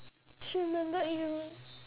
she remembered you